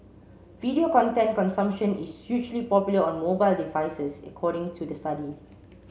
video content consumption is hugely popular on mobile devices according to the study